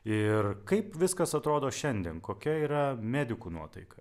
ir kaip viskas atrodo šiandien kokia yra medikų nuotaika